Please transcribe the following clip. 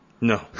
No